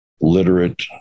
literate